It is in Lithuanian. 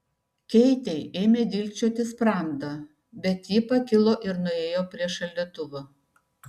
keitei ėmė dilgčioti sprandą bet ji pakilo ir nuėjo prie šaldytuvo